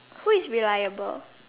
who is reliable